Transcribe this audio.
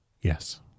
Yes